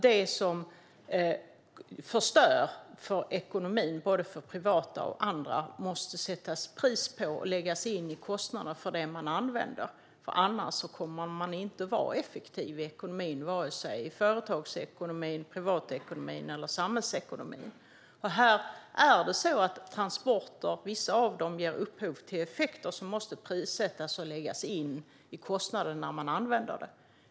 Det som förstör för ekonomin, för både privata och andra aktörer, måste det sättas ett pris på. Det måste läggas in i kostnaden för det man använder. Annars kommer man inte att vara effektiv i vare sig företagsekonomin, privatekonomin eller samhällsekonomin. Vissa transporter ger upphov till effekter som måste prissättas och läggas in i kostnaden för att använda dem.